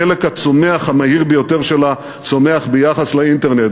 החלק הצומח המהיר ביותר שלה צומח ביחס לאינטרנט.